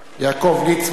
יעקב ליצמן.